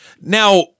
Now